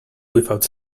without